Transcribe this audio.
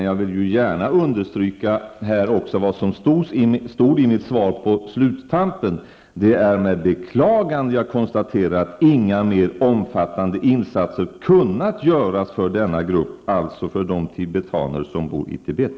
Jag vill dock gärna understryka vad som stod i sluttampen av mitt svar, nämligen att det är med beklagande jag konstaterar att inga mer omfattande insatser kunnat göras för denna grupp, alltså för de tibetaner som bor i Tibet.